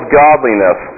godliness